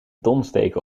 donsdeken